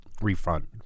refund